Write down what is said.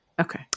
Okay